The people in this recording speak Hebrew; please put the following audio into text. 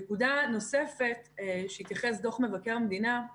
נקודה נוספת אליה התייחס דוח מבקר המדינה היא